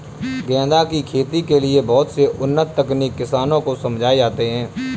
गेंदा की खेती के लिए बहुत से उन्नत तकनीक किसानों को समझाए जाते हैं